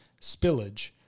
spillage